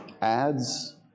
ads